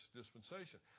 dispensation